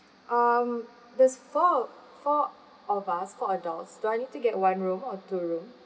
um there's four of four of us four adults do I need to get one room or two room